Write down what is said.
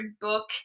book